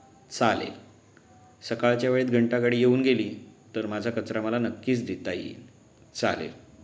चालेल सकाळच्या वेळेत घंटागाडी येऊन गेली तर माझा कचरा मला नक्कीच देता येईल चालेल